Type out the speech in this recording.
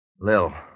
Lil